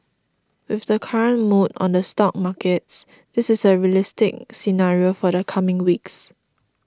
with the current mood on the stock markets this is a realistic scenario for the coming weeks